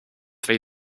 they